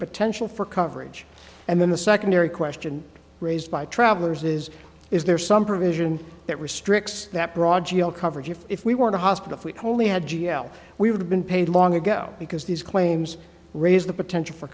potential for coverage and then the secondary question raised by travelers is is there some provision that restricts that broad g l coverage if we weren't a hospital if we only had g l we would have been paid long ago because these claims raise the potential for